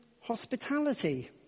hospitality